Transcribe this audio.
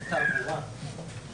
אני אומר כאן לנציגות משרד המשפטים,